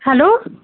hello